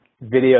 video